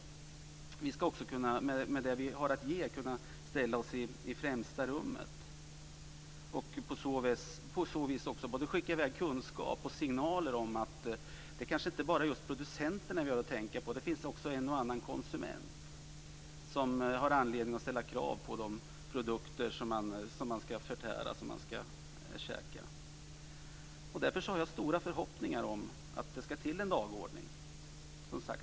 Vi ska också, med det vi har att ge, kunna ställa oss i främsta rummet och på så vis både skicka i väg kunskap och signaler om att det kanske inte bara är just producenterna vi har att tänka på. Det finns också en och annan konsument som har anledning att ställa krav på de produkter man ska förtära. Därför har jag stora förhoppningar om att det ska till en dagordning.